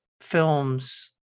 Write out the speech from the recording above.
films